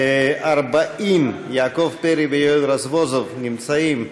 40, יעקב פרי ויואל רזבוזוב נמצאים.